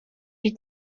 you